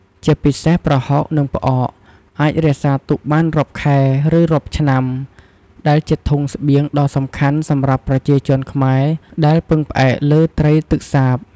ជាពិសេស ប្រហុក និងផ្អក អាចរក្សាទុកបានរាប់ខែ ឬរាប់ឆ្នាំ ដែលជាធុងស្បៀងដ៏សំខាន់សម្រាប់ប្រជាជនខ្មែរ ដែលពឹងផ្អែកលើត្រីទឹកសាប។